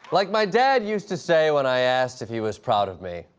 like my dad used to say when i asked if he was proud of me,